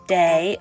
day